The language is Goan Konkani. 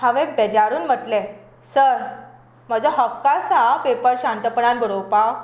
हांवें बेजारून म्हणलें सर म्हजो हक्क आसा हां पेपर शांतपणान बरोवपाक